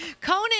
Conan